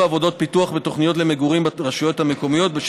עבודות פיתוח ותוכניות למגורים ברשויות המקומיות.